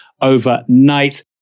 overnight